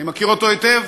אני מכיר אותו היטב,